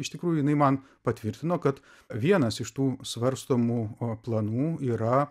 iš tikrųjų jinai man patvirtino kad vienas iš tų svarstomų planų yra